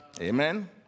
Amen